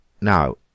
Now